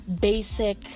basic